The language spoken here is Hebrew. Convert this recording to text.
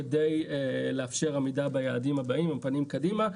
כדי לאפשר עמידה ביעדים הבאים עם הפנים קדימה.